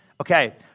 Okay